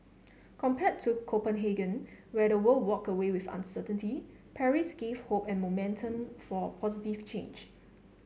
compared to Copenhagen where the world walked away with uncertainty Paris gave hope and momentum for positive change